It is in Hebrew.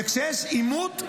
וכשיש עימות,